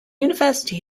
university